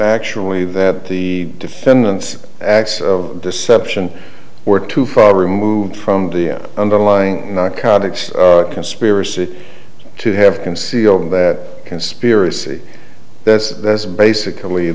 actually that the defendant's acts of deception were too far removed from the underlying narcotics conspiracy to have concealed that conspiracy that there's basically